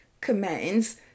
commands